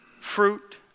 fruit